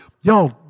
Y'all